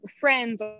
friends